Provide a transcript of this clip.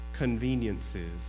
conveniences